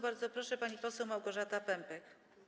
Bardzo proszę, pani poseł Małgorzata Pępek.